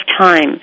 time